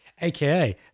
AKA